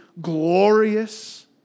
glorious